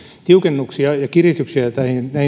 tiukennuksia ja kiristyksiä